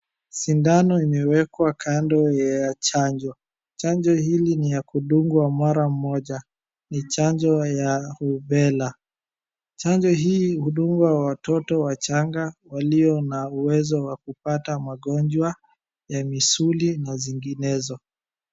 Sindano imewekwa kando ya chanjo, chanjo hili ni ya kudungwa mara moja ni chanjo ya rubela. Chanjo hii hudungwa watoto wachanga walio na uwezo wa kupata magonjwa ya misuli na zinginezo.